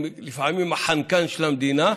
לפעמים הם החנקן של המדינה,